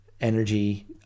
energy